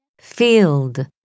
Field